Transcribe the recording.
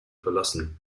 verlassen